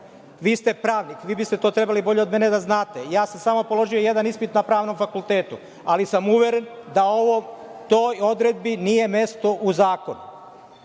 Vi ste pravnik, vi biste to trebali bolje od mene da znate, ja sam samo položio jedan ispit na Pravnom fakultetu, ali sam uveren da toj odredbi nije mesto u zakonu.